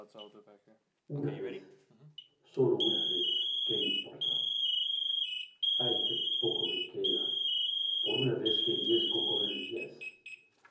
una vez sólo una vez qué importa ay qué poco me queda por una vez qué riesgo correrías